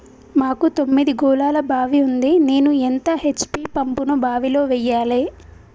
మాకు తొమ్మిది గోళాల బావి ఉంది నేను ఎంత హెచ్.పి పంపును బావిలో వెయ్యాలే?